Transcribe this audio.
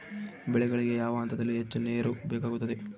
ಬೆಳೆಗಳಿಗೆ ಯಾವ ಹಂತದಲ್ಲಿ ಹೆಚ್ಚು ನೇರು ಬೇಕಾಗುತ್ತದೆ?